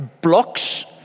blocks